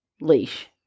leash